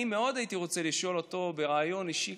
אני מאוד הייתי רוצה לשאול אותו בריאיון אישי,